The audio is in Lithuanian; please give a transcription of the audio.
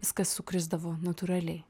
viskas sukrisdavo natūraliai